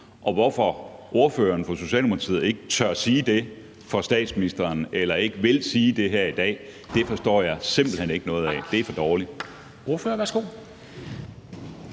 Og hvorfor ordføreren for Socialdemokratiet ikke tør sige det for statsministeren eller ikke vil sige det her i dag, forstår jeg simpelt hen ikke noget af. Det er for dårligt.